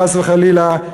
חס וחלילה,